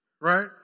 right